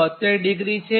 72°છે